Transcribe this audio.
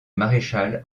maréchal